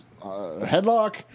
headlock